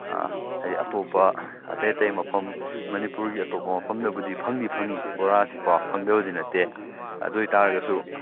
ꯑꯥ ꯍꯥꯏꯗꯤ ꯑꯇꯣꯞꯄ ꯑꯇꯩ ꯑꯇꯩ ꯃꯐꯝ ꯃꯅꯤꯄꯨꯔꯒꯤ ꯑꯇꯣꯞꯄ ꯃꯐꯝꯗꯕꯨꯗꯤ ꯐꯪꯗꯤ ꯐꯪꯉꯤ ꯕꯣꯔꯥꯁꯤ ꯀꯣ ꯐꯪꯗꯕꯗꯤ ꯅꯠꯇꯦ ꯑꯗꯨ ꯑꯣꯏꯇꯥꯔꯒꯁꯨ